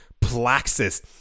Plaxis